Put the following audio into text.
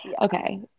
Okay